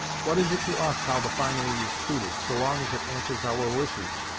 what is it to us how the finery is treated, so long as it answers our wishes?